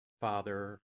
Father